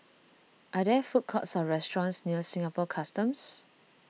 are there food courts or restaurants near Singapore Customs